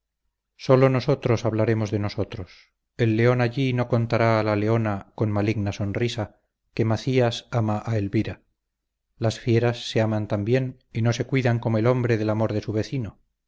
sólo nosotros hablaremos de nosotros el león allí no contará a la leona con maligna sonrisa que macías ama a elvira las fieras se aman también y no se cuidan como el hombre del amor de su vecino